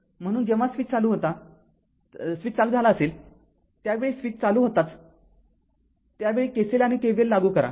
म्हणून जेव्हा स्विच चालू झाला असेल त्या वेळी स्विच चालू होताच त्यावेळी KCL आणि KVL लागू करा